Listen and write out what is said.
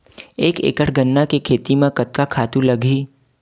एक एकड़ गन्ना के खेती म कतका खातु लगही?